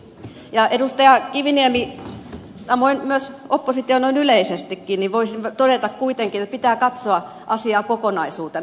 ja edustaja kiviniemi samoin myös oppositio noin yleisestikin voisin todeta kuitenkin että pitää katsoa asiaa kokonaisuutena